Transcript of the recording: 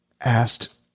asked